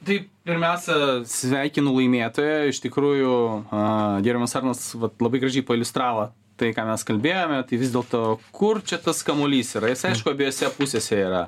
tai pirmiausia sveikinu laimėtoją iš tikrųjų a gerbiamas arnas vat labai gražiai pailiustravo tai ką mes kalbėjome tai vis dėlto kur čia tas kamuolys yra jisai aišku abiejose pusėse yra